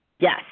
Yes